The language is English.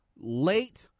late